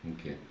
Okay